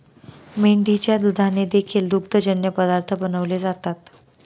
मेंढीच्या दुधाने देखील दुग्धजन्य पदार्थ बनवले जातात